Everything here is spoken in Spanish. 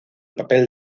papel